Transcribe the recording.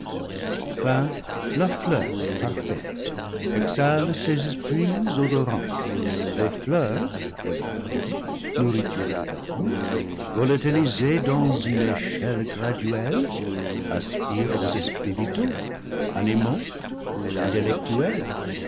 enfin la fleur parfaite exhale ses esprits odorants les fleurs et leur fruit nourriture de l'homme volatilisés dans une échelle graduelle aspirent aux esprits vitaux animaux intellectuels